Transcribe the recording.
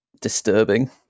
disturbing